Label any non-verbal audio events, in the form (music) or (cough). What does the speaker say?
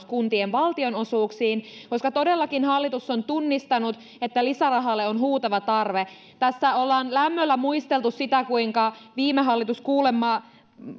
(unintelligible) kuntien valtionosuuksiin koska todellakin hallitus on tunnistanut että lisärahalle on huutava tarve tässä ollaan lämmöllä muisteltu sitä kuinka viime hallitus kuulemma